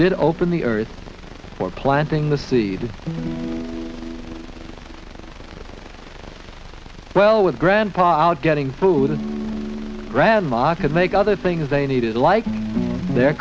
did open the earth for planting the seed well with grandpa out getting food and grandma could make other things they needed like their